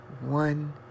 one